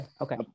okay